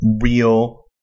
real